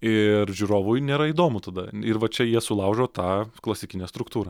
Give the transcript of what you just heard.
ir žiūrovui nėra įdomu tada ir va čia jie sulaužo tą klasikinę struktūrą